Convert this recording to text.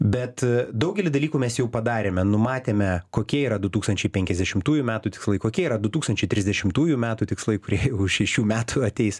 bet daugelį dalykų mes jau padarėme numatėme kokie yra du tūkstančiai penkiasdešimtųjų metų tikslai kokie yra du tūkstančiai trisdešimtųjų metų tikslai kurie už šešių metų ateis